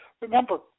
remember